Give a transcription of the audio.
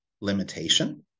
limitation